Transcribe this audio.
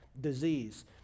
disease